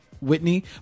Whitney